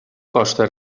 costa